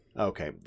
Okay